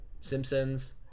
simpsons